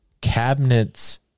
cabinets